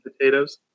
potatoes